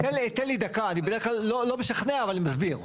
תן לי דקה, אני בדרך כלל לא משכנע אבל אני מסביר.